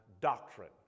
doctrine